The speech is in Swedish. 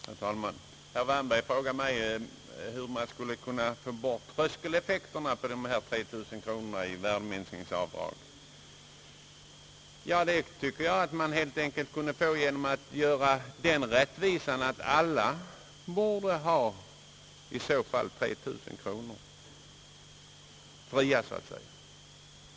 Herr talman! Herr Wärnberg frågade mig hur man skulle kunna få bort tröskeleffekterna på dessa 3 000 kronor i värdeminskningsavdrag. Ja, det tycker jag skulle vara möjligt genom att man helt enkelt gör alla den rättvisan att de får 3 000 kronor fria.